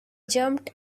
jumped